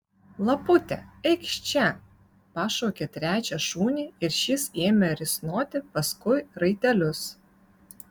lapute eikš čia pašaukė trečią šunį ir šis ėmė risnoti paskui raitelius